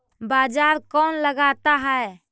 बाजार कौन लगाता है?